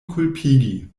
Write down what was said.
kulpigi